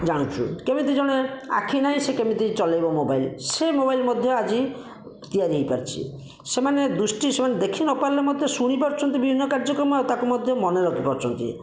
ଜାଣିଛୁ କେମିତି ଜଣେ ଆଖି ନାହିଁ ସେ କେମିତି ଚଲେଇବ ମୋବାଇଲ ସେ ମୋବାଇଲ ମଧ୍ୟ ଆଜି ତିଆରି ହୋଇପାରିଛି ସେମାନେ ଦୁଷ୍ଟି ସେମାନେ ଦେଖି ନ ପାରିଲେ ମଧ୍ୟ ଶୁଣି ପାରୁଛନ୍ତି ବିଭିନ୍ନ କାର୍ଯ୍ୟକ୍ରମରେ ତାକୁ ମଧ୍ୟ ମନେ ରଖି ପାରୁଛନ୍ତି